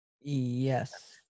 Yes